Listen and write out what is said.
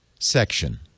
section